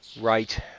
Right